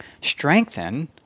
strengthen